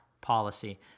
policy